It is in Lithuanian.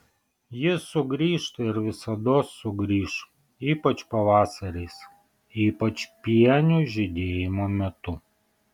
jis sugrįžta ir visados sugrįš ypač pavasariais ypač pienių žydėjimo metu